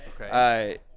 Okay